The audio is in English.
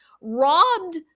robbed